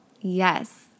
Yes